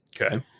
Okay